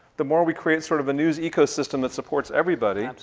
the more we create sort of a news ecosystem that supports everybody.